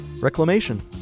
reclamation